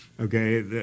Okay